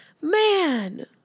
Man